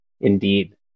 Indeed